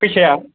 फैसाया